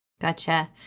Gotcha